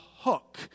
hook